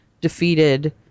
defeated